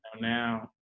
Now